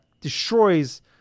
destroys